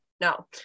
No